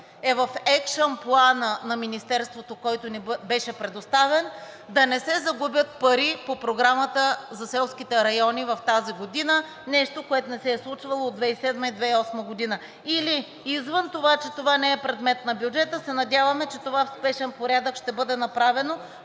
е в екшън плана на Министерството, който ни беше предоставен, да не се загубят пари по Програмата за селските райони тази година – нещо, което не се е случвало от 2007 – 2008 г. Или извън това, че не е предмет на бюджета, се надяваме, че това в спешен порядък ще бъде направено